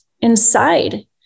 inside